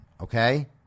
okay